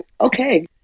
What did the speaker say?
Okay